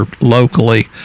locally